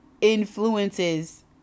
influences